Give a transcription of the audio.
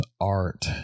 art